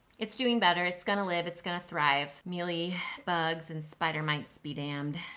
it's doing better, it's gonna live, it's gonna thrive. mealy bugs and spider mites be damned.